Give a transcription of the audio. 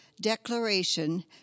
declaration